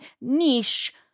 niche